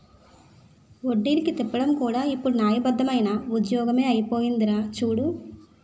వడ్డీలకి తిప్పడం కూడా ఇప్పుడు న్యాయబద్దమైన ఉద్యోగమే అయిపోందిరా చూడు